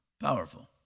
Powerful